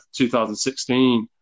2016